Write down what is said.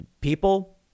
People